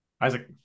Isaac